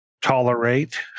tolerate